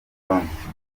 gukoresha